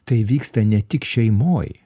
tai vyksta ne tik šeimoj